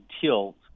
tilt